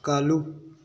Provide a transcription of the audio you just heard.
ꯀꯥꯜꯂꯨ